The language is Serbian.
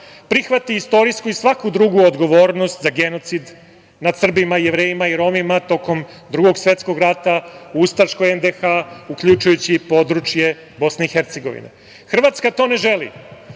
prihvati istorijsku i svaku drugu odgovornost za genocid nad Srbima, Jevrejima i Romima tokom Drugog svetskog rata, u ustaškoj NDH, uključujući i područje Bosne i Hercegovine. Hrvatska to ne želi,